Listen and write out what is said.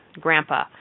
grandpa